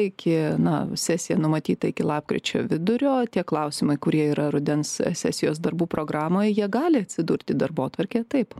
iki na sesija numatyta iki lapkričio vidurio tie klausimai kurie yra rudens sesijos darbų programoj jie gali atsidurti darbotvarkė taip